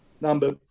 Number